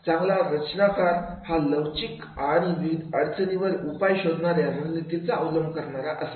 चांगला रचनाकार हा लवचिक आणि िविध अडचणींवर उपाय शोधणार्या रणनीतीचा अवलंब करू शकणारा असावा